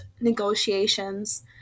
negotiations